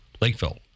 Lakeville